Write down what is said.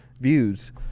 views